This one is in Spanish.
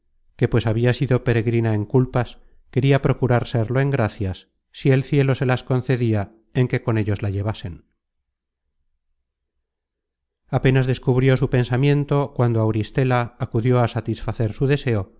que pues habia sido peregrina en culpas queria procurar serlo en gracias si el cielo se las concedia en que con ellos la llevasen apenas descubrió su pensamiento cuando auristela acudió á satisfacer su deseo